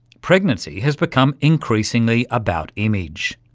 pregnancy has become increasingly about image.